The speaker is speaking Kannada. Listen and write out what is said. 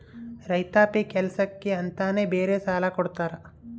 ರೈತಾಪಿ ಕೆಲ್ಸಕ್ಕೆ ಅಂತಾನೆ ಬೇರೆ ಸಾಲ ಕೊಡ್ತಾರ